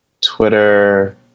Twitter